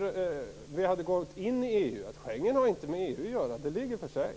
det att vi hade gått med i Schengen inte har med EU att göra, att det ligger för sig.